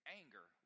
anger